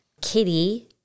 Kitty